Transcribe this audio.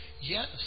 Yes